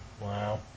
Wow